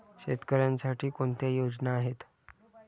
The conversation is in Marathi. शेतकऱ्यांसाठी कोणत्या योजना आहेत?